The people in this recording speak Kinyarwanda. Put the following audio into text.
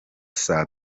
saa